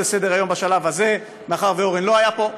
לסדר-היום בשלב הזה מאחר שאורן לא היה פה.